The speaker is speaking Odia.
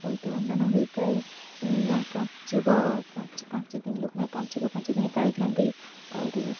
ବୋଇତ ବନ୍ଦାଣ ହୋଇଥାଏ ପଞ୍ଚୁକ ପଞ୍ଚୁ ପାଞ୍ଚଦିନ ଲୋକମାନେ ପଞ୍ଚୁକ ପାଞ୍ଚଦିନ ପାଳିଥାନ୍ତି ଅରୁଆ